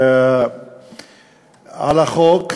לגבי החוק,